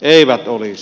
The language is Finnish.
eivät olisi